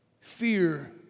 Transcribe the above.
Fear